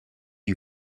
you